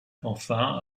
enfin